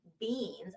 beans